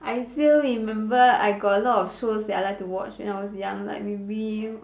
I still remember I got a lot of shows that I like to watch when I was young like maybe